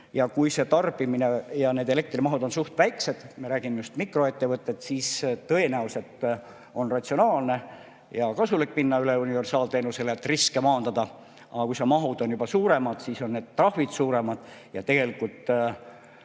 Kui see tarbimine ja need elektrimahud on suht väikesed – me räägime just mikroettevõtetest –, siis tõenäoliselt on ratsionaalne ja kasulik minna üle universaalteenusele, et riske maandada. Aga kui mahud on juba suuremad, siis on ka trahvid suuremad ja tegelikult